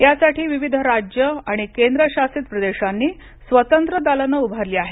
यासाठी विविध राज्यं आणि केंद्र शासित प्रदेशांनी स्वतंत्र दालनं उभारली आहेत